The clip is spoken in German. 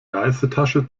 reisetasche